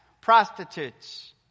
prostitutes